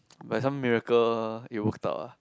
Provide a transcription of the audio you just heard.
by some miracle it worked out ah